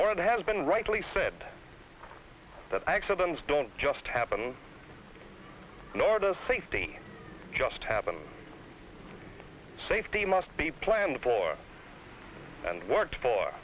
for that has been rightly said that accidents don't just happen nor does safety just happen safety must be planned for and worked for